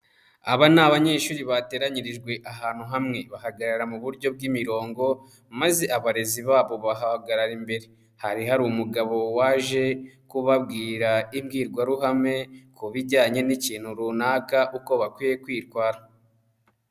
Aba ni abanyeshuri bateranyirijwe ahantu hamwe bahagarara mu buryo bw'imirongo, maze abarezi babo bahagarara imbere, hari hari umugabo waje kubabwira imbwirwaruhame ku bijyanye n'ikintu runaka, uko bakwiye kwitwara.